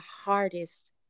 hardest